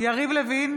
יריב לוין,